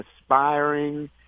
aspiring